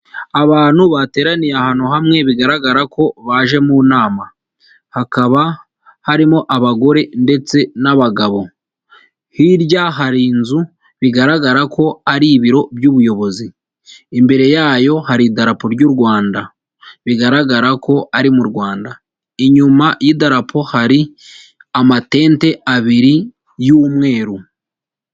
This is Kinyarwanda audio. Abantu bateraniye ahantu hamwe bigaragara ko baje mu nama, hakaba harimo abagore ndetse n'abagabo, hirya hari inzu bigaragara ko ari ibiro by'ubuyobozi, imbere yayo hari idarapo ry'u Rwanda, bigaragara ko ari mu Rwanda, inyuma y'idarapo hari amatente abiri y'umweru.